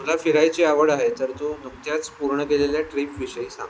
मला फिरायची आवड आहे तर तो नुकत्याच पूर्ण केलेल्या ट्रीपविषयी सांग